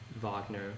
Wagner